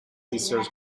sister